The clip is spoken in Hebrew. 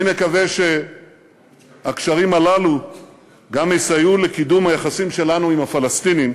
אני מקווה שהקשרים הללו גם יסייעו לקידום היחסים שלנו עם הפלסטינים,